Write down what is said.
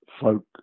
folk